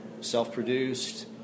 self-produced